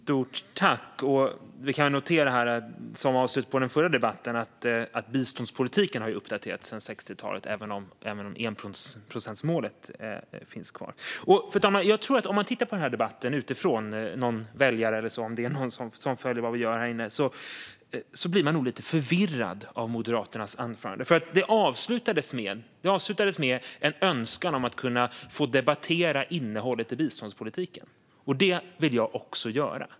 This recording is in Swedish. Fru talman! Som kommentar till det förra replikskiftet kan jag säga att biståndspolitiken har uppdaterats sedan 60-talet, även om enprocentsmålet finns kvar. Fru talman! Den som tittar på den här debatten utifrån - det kanske är någon väljare som följer vad vi gör här inne - blir nog lite förvirrad av Moderaternas anförande. Det avslutades med en önskan om att få debattera innehållet i biståndspolitiken, vilket jag också vill göra.